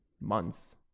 months